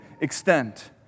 extent